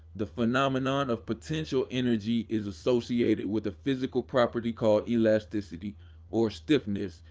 the phenomenon of potential energy is associated with a physical property called elasticity or stiffness,